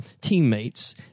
teammates